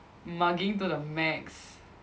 mugging to the max